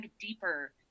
deeper